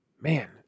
Man